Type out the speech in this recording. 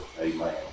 Amen